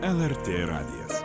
lrt radijas